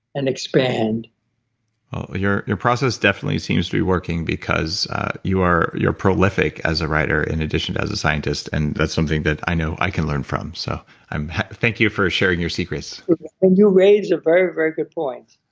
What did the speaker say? and expand your your process definitely seems to be working because you are, you're prolific as a writer in addition as a scientist, and that's something that i know i can learn from. so thank you for sharing your secrets you raise a very, very good point.